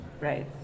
Right